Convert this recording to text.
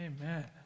Amen